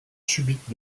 subite